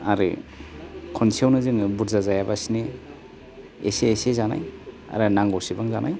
आरो खनसेयावनो जोङो बुरजा जायाबासिनो एसे एसे जानाय आरो नांगौसिबां जानाय